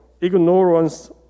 ignorance